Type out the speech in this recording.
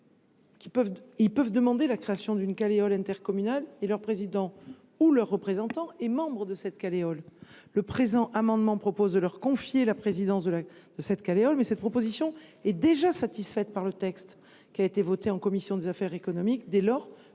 ils peuvent demander la création d’une Caleol intercommunale et leur président, ou son représentant, sera membre de celle ci. Le présent amendement vise à leur confier la présidence de cette Caleol, mais cette proposition est déjà satisfaite par le texte adopté par la commission des affaires économiques, dès lors que l’EPCI